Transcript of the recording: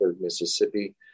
Mississippi